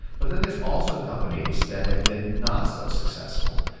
but then there's also companies that have been not so successful,